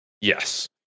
Yes